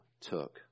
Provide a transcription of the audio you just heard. took